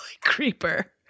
creeper